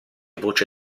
voce